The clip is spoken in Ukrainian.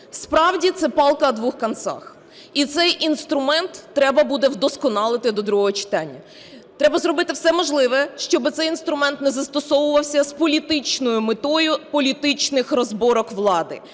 Справді це "палка о двух концах", і цей інструмент треба буде вдосконалити до другого читання. Треба зробити все можливе, щоб цей інструмент не застосовувався з політичною метою політичних розборок влади.